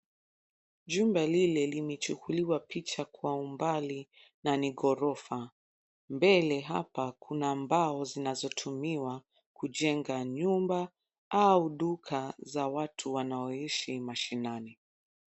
Jumba lile limechukuliwa picha kwa umbali na ni ghorofa. Mbele hapa kuna mbao zinazotumiwa kujenga nyumba au duka za watu wanaoishi mashinani.